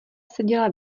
seděla